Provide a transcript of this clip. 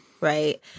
right